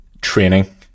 training